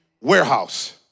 warehouse